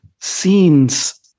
scenes